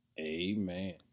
Amen